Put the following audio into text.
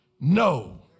no